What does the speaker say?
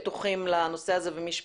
מי המשרדים שיותר פתוחים לנושא הזה ומי פחות?